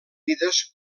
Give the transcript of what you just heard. mides